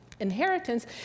inheritance